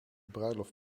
bruiloft